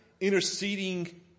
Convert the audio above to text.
interceding